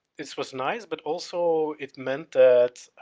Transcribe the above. this was nice but also it meant that,